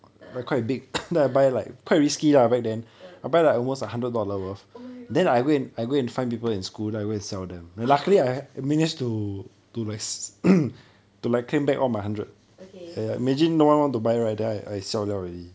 (uh huh) ah ah oh my god okay